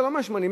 לא 180,